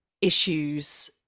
issues